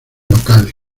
locales